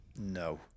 No